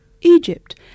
Egypt